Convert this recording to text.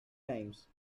times